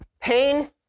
Pain